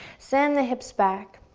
send the hips back,